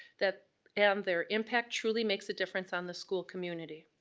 that and their impact truly makes a difference on the school community.